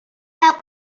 out